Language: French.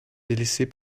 délaissée